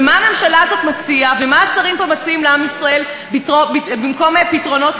באמת, זה מתאים לך כל כך.